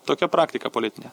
tokia praktika politinė